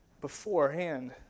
beforehand